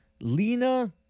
Lena